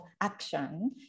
action